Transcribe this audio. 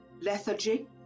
Lethargy